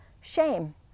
shame